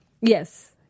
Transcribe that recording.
Yes